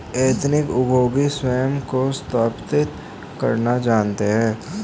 ethnic उद्योगी स्वयं को स्थापित करना जानते हैं